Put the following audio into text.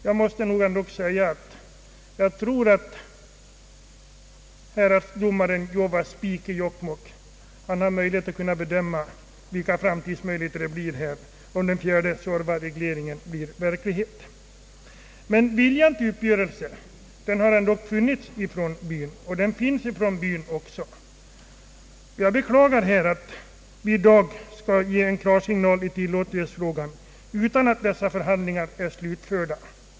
Jag tror nog ändå att häradsdomaren Jowa Spiik i Jokkmokk har möjligheter att bedöma framtidsmöjligheterna om den fjärde Suorvaregleringen blir verklighet. Jag beklagar att vi i dag skall ge klarsignal i tillåtlighetsfrågan utan att dessa förhandlingar är slutförda.